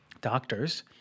doctors